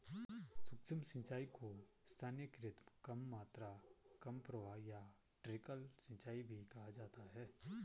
सूक्ष्म सिंचाई को स्थानीयकृत कम मात्रा कम प्रवाह या ट्रिकल सिंचाई भी कहा जाता है